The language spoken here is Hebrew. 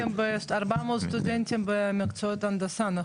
--- 400 סטודנטים במקצועות הנדסה פתחתם לכבוד המטרו,